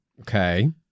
Okay